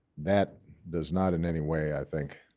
that does not in any way i think